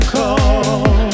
call